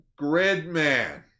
Gridman